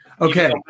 Okay